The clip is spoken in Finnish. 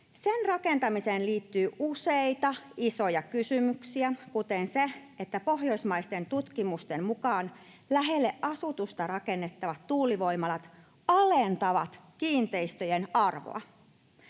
Sen rakentamiseen liittyy useita isoja kysymyksiä, kuten se, että pohjoismaisten tutkimusten mukaan lähelle asutusta rakennettavat tuulivoimalat alentavat kiinteistöjen arvoa.